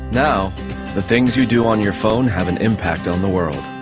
now the things you do on your phone have an impact on the world.